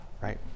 right